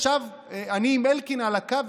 אני עם אלקין על הקו,